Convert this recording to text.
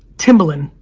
timbaland,